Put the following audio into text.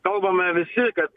kalbame visi kad